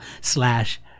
slash